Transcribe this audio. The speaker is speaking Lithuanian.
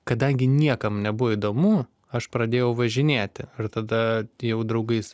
kadangi niekam nebuvo įdomu aš pradėjau važinėti ir tada jau draugais